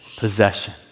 Possession